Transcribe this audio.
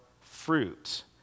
fruit